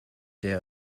der